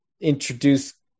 introduce